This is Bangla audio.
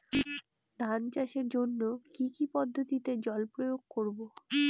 ধান চাষের জন্যে কি কী পদ্ধতিতে জল প্রয়োগ করব?